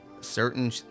certain